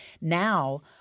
Now